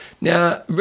Now